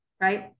right